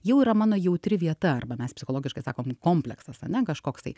jau yra mano jautri vieta arba mes psichologiškai sakom kompleksas ane kažkoks tai